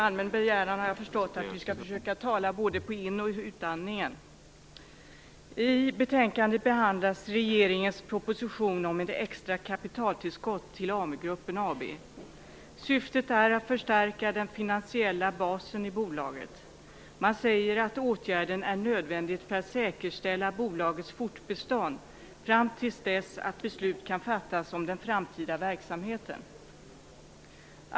Fru talman! I betänkandet behandlas regeringens proposition om ett extra kapitaltillskott till Amugruppen AB. Syftet är att förstärka den finansiella basen i bolaget. Man säger att åtgärden är nödvändig för att säkerställa bolagets fortbestånd fram till dess att beslut kan fattas om den framtida verksamheten.